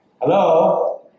Hello